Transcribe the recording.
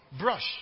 brush